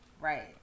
Right